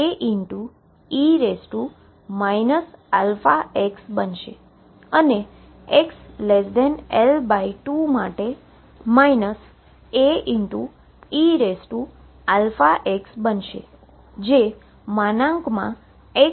તેથી ψ એ xL2 માટે Ae αxબનશે અને xL2 માટે Aeαx બનશે